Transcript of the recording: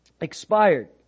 expired